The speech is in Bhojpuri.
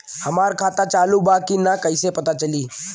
हमार खाता चालू बा कि ना कैसे पता चली?